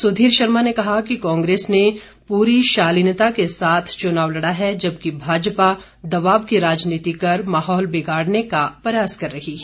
सुधीर शर्मा ने कहा कि कांग्रेस ने पूरी शालीनता के साथ चुनाव लड़ा है जबकि भाजपा दबाव की राजनीति कर माहौल बिगाड़ने का प्रयास कर रही है